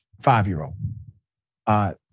five-year-old